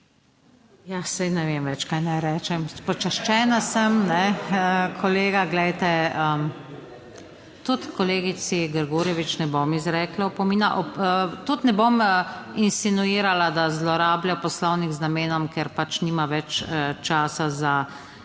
Ja, saj ne vem več, kaj naj rečem. Počaščena sem. Kolega, glejte tudi kolegici Grgurevič ne bom izrekla opomina, tudi ne bom insinuirala, da zlorablja Poslovnik z namenom, ker pač nima več časa za replike,